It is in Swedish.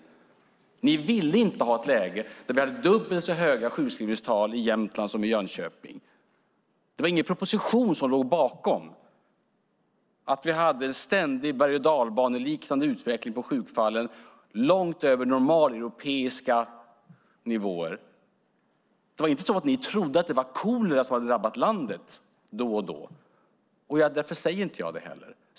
Ni ville inte ha ett läge där det var dubbelt så höga sjukskrivningstal i Jämtland som i Jönköping. Det var ingen proposition som låg bakom att ni hade en ständig, bergochdalbaneliknande utveckling på sjukfallen långt över normaleuropeiska nivåer. Det var inte så att ni trodde att kolera hade drabbat landet då och då, och därför säger jag det inte heller.